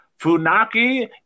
Funaki